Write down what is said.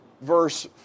verse